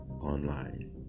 online